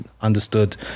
understood